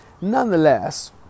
Nonetheless